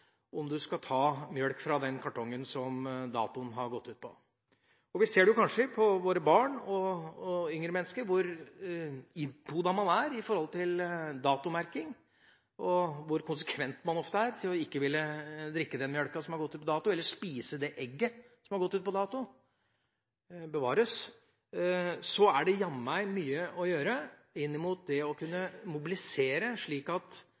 om man skal ta melk fra den kartongen som datoen har gått ut på. Vi ser kanskje på våre barn og yngre mennesker hvor innpodet man er når det gjelder datomerking, og hvor konsekvent man ofte er med hensyn til ikke å ville drikke den melken som har gått ut på dato eller spise det egget som har gått ut på dato. Det er jammen mye å gjøre for å kunne mobilisere slik at